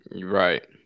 Right